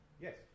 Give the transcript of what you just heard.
Yes